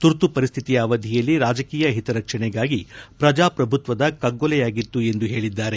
ತುರ್ತು ಪರಿಸ್ಥಿತಿಯ ಅವಧಿಯಲ್ಲಿ ರಾಜಕೀಯ ಹಿತರಕ್ಷಣೆಗಾಗಿ ಪ್ರಜಾಪ್ರಭುತ್ವದ ಕಗ್ಗೊಲೆಯಾಗಿತ್ತು ಎಂದು ಹೇಳಿದ್ದಾರೆ